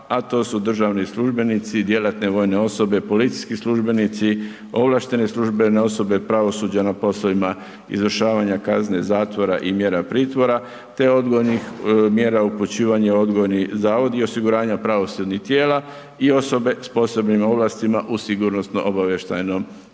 a to su državni službenici, djelatne vojne osobe, policijski službenici, ovlaštene službene osobe pravosuđa na poslovima izvršavanja kazne zatvora i mjera pritvora te odgojnih mjera upućivanja u odgojni zavod i osiguranja pravosudnih tijela i osobe s posebnim ovlastima u sigurnosno obavještajnom sustavu.